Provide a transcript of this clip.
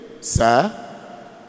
Sir